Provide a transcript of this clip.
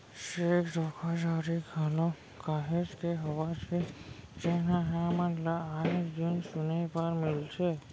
cheque धोखाघड़ी घलोक काहेच के होवत हे जेनहा हमन ल आय दिन सुने बर मिलथे